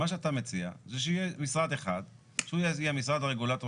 מה שאתה מציע זה שיהיה משרד אחד שהוא יהיה משרד הרגולטור